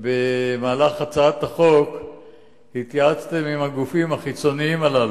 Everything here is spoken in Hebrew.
התייעצתם במהלך הצעת החוק עם הגופים החיצוניים הללו.